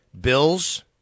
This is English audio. Bills